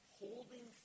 holding